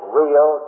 real